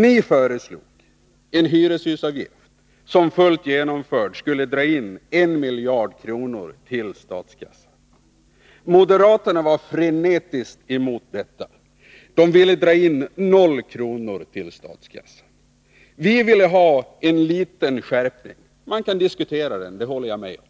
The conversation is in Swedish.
Ni föreslog en hyreshusavgift som fullt genomförd skulle dra in en miljard kronor till statskassan. Moderaterna gick frenetiskt emot detta — de ville dra in 0 kr. till statskassan. Vi ville ha en liten skärpning. Man kan diskutera den — det håller jag med om.